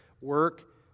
work